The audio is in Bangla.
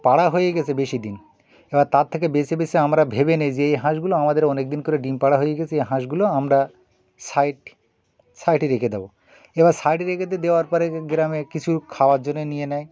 পাড়া হয়ে গেছে বেশি দিন এবার তার থেকে বেছে বেছে আমরা ভেবে নিই যে এই হাঁসগুলো আমাদের অনেক দিন করে ডিম পাড়া হয়ে গিয়েছে এই হাঁসগুলো আমরা সাইড সাইডে রেখে দেবো এবার সাইডে রেখে দেওয়ার পরে গ্রামে কিছু খাওয়ার জন্য নিয়ে নেয়